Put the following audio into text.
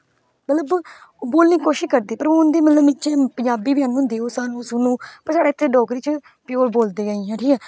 मतलब बोलने दी कोशिश करदे पर ओह् उन्दी मतलब पजावी बी आंदी सानू पर साढ़े इत्थै डोगरी च प्योर बोलदे ना ठीक ऐ